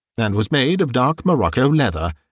and was made of dark morocco leather,